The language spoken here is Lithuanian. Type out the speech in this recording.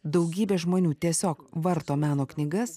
daugybė žmonių tiesiog varto meno knygas